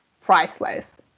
priceless